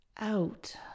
out